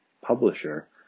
publisher